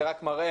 זה רק מראה